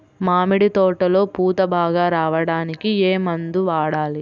మామిడి తోటలో పూత బాగా రావడానికి ఏ మందు వాడాలి?